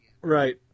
right